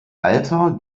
alter